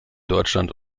deutschland